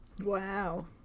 Wow